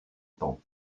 temps